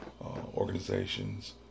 organizations